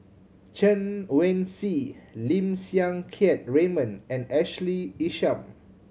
Chen Wen Hsi Lim Siang Keat Raymond and Ashley Isham